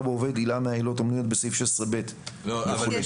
בעובד עילה מהעילות המנויות בסעיף 16(ב) וכו'.